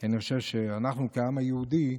כי אני חושב שאנחנו כעם היהודי,